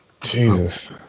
Jesus